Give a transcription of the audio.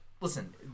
listen